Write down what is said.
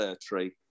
tree